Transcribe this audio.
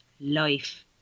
life